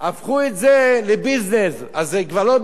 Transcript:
הפכו את זה לביזנס, ולכן זה כבר לא בית-כנסת,